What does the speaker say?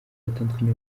batandukanye